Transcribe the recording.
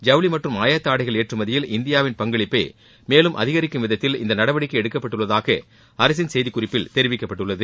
ஜவுளி மற்றும் ஆயத்த ஆடைகள் ஏற்றுமதியில் இந்தியாவின் பங்களிப்பை மேலும் அதிகரிக்கும் விதத்தில் இந்த நடவடிக்கை எடுக்கப்பட்டுள்ளதாக அரசின் செய்திக்குறிப்பில் தெரிவிக்கப்பட்டுள்ளது